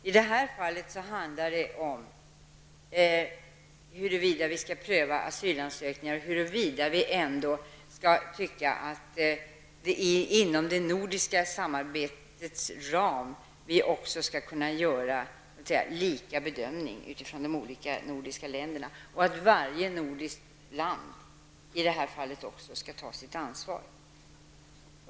I det här fallet handlar det om huruvida vi skall pröva asylansökningar och huruvida vi i de nordiska länderna inom det nordiska samarbetets ram också skall kunna göra lika bedömningar och att varje nordiskt land i det här fallet också skall ta sitt ansvar.